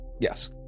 Yes